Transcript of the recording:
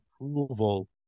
approval